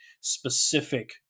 specific